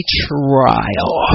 trial